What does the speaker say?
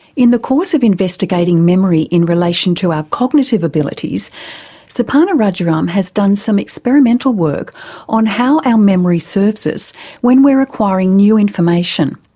in the course of investigating memory in relation to our cognitive abilities suparna rajaram has done some experimental work on how our memory serves us when we are acquiring new information.